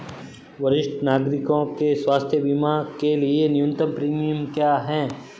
वरिष्ठ नागरिकों के स्वास्थ्य बीमा के लिए न्यूनतम प्रीमियम क्या है?